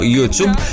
YouTube